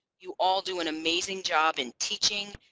you all do an amazing job in teaching,